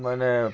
ମାନେ